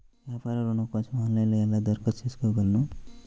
వ్యాపార ఋణం కోసం ఆన్లైన్లో ఎలా దరఖాస్తు చేసుకోగలను?